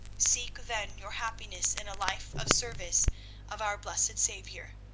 seek then your happiness in a life of service of our blessed saviour.